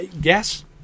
Yes